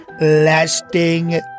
lasting